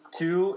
two